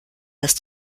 dass